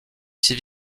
six